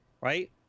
right